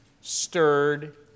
stirred